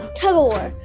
tug-of-war